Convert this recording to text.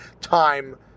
time